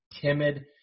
timid